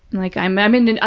like, i mean, and